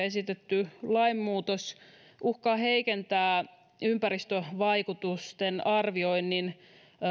esitetty lainmuutos uhkaa heikentää ympäristövaikutusten arvioinnin